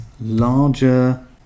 larger